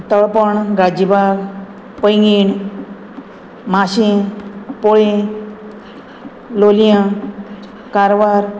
Talpona Galjibag Poinguinim Mashem Polem Loliem Karwar